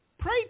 Pray